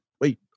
wait